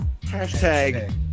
hashtag